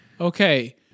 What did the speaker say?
Okay